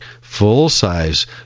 full-size